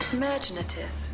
imaginative